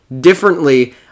differently